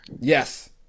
Yes